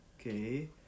Okay